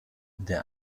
der